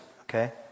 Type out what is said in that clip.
okay